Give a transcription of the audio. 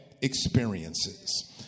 experiences